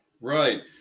Right